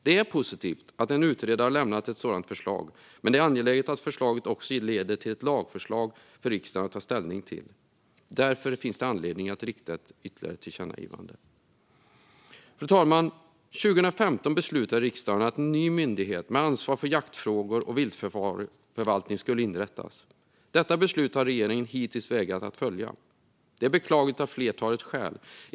Det är positivt att en utredare har lämnat ett sådant förslag, men det är angeläget att förslaget också leder till ett lagförslag för riksdagen att ta ställning till. Det finns därför anledning att rikta ett ytterligare tillkännagivande till regeringen. Fru talman! År 2015 beslutade riksdagen att en ny myndighet med ansvar för jaktfrågor och viltförvaltning skulle inrättas. Detta beslut har regeringen hittills vägrat att följa. Det är beklagligt av ett flertal skäl.